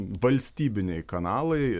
valstybiniai kanalai